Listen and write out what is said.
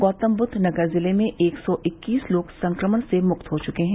गौतमबुद्ध नगर जिले में एक सौ इक्कीस लोग संक्रमण से मुक्त हो चुके है